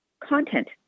content